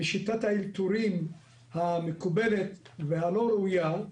בשיטת האלתורים המקובלת והלא ראויה,